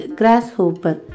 grasshopper